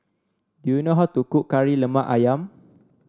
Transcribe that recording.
do you know how to cook Kari Lemak ayam